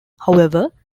however